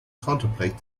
contemplate